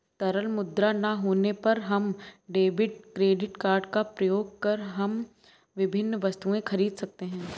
तरल मुद्रा ना होने पर हम डेबिट क्रेडिट कार्ड का प्रयोग कर हम विभिन्न वस्तुएँ खरीद सकते हैं